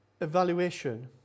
evaluation